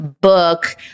book